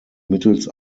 mittels